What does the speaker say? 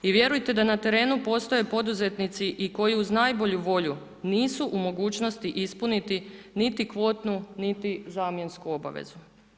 I vjerujte da na terenu postoje poduzetnici i koji uz najbolju volju nisu u mogućnosti ispuniti niti kvotnu, niti zamjensku obavezu.